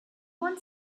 one